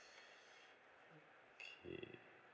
K